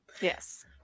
yes